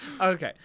Okay